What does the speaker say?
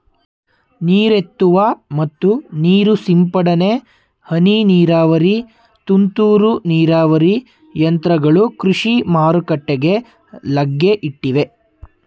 ನೀರೆತ್ತುವ ಮತ್ತು ನೀರು ಸಿಂಪಡನೆ, ಹನಿ ನೀರಾವರಿ, ತುಂತುರು ನೀರಾವರಿ ಯಂತ್ರಗಳು ಕೃಷಿ ಮಾರುಕಟ್ಟೆಗೆ ಲಗ್ಗೆ ಇಟ್ಟಿವೆ